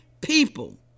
people